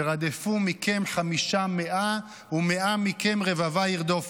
"ורדפו מכם חמשה מאה ומאה מכם רבבה ירדפו,